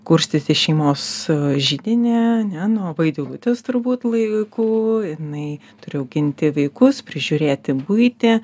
kurstyti šeimos židinį ane nuo vaidilutės turbūt laikų jinai turi auginti vaikus prižiūrėti buitį